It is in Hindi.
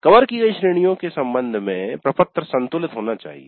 कवर की गई श्रेणियों के संबंध में प्रपत्र संतुलित होना चाहिए